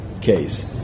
case